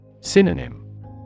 Synonym